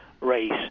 race